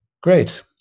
Great